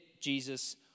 Jesus